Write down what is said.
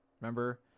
remember